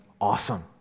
awesome